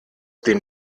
dem